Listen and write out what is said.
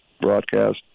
broadcast